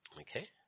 Okay